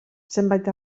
zenbait